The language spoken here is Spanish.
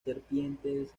serpientes